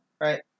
Right